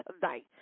tonight